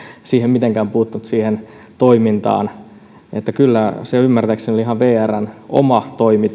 mitenkään puuttunut siihen toimintaan niin että kyllä hinnan alentaminen ja hintauudistus ymmärtääkseni olivat ihan vrn oma toimi